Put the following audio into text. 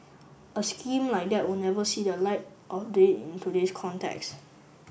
a scheme like that would never see the light of day in today's context